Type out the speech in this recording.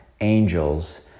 angels